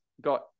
got